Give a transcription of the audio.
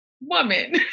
woman